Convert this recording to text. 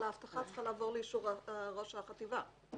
האבטחה צריך לעבור לאישור ראש החטיבה.